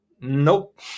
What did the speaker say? Nope